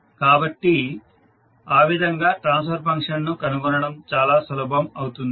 కాబట్టి ఆ విధంగా ట్రాన్స్ఫర్ ఫంక్షన్ను కనుగొనడం చాలా సులభం అవుతుంది